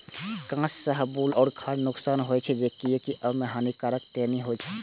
कांच शाहबलूत खाय सं नुकसान होइ छै, कियैकि अय मे हानिकारक टैनिन होइ छै